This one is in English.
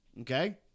Okay